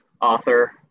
author